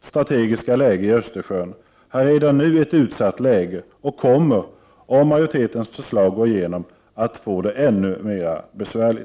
strategiska läge i Östersjön redan nu ett utsatt läge och kommer, om majoritetens förslag att gå igenom, att få det ännu besvärligare.